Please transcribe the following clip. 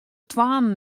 twaen